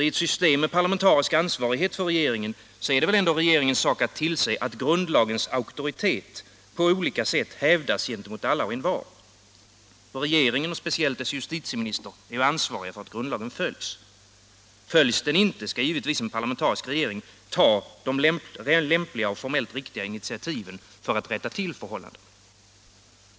I ett system med parlamentarisk ansvarighet för regeringen är det väl ändå regeringens sak att tillse att grundlagens auktoritet på olika sätt hävdas gentemot alla och envar. Regeringen och speciellt dess justitieminister är ansvarig för att grundlagen följs. Följs den inte skall givetvis en parlamentarisk regering ta de lämpliga och formellt riktiga initiativen för att rätta till förhållandena.